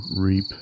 reap